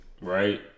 right